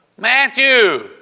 Matthew